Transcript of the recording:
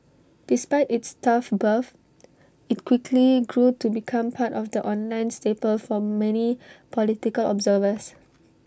despite its tough birth IT quickly grew to become part of the online staple for many political observers